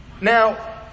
Now